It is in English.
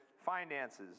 finances